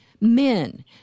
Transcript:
men